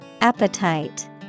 Appetite